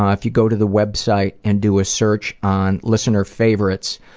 and if you go to the website and do a search on listener favorites,